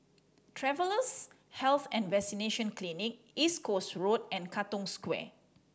Travellers' Health and Vaccination Clinic East Coast Road and Katong Square